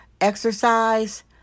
exercise